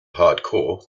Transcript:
hardcore